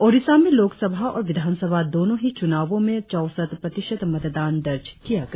औडिसा में लोकसभा और विधानसभा दोनो ही चुनाओ में चौसठ प्रतिशत मतदान दर्ज किया गया